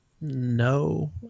No